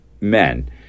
Men